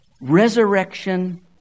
resurrection